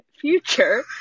future